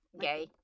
gay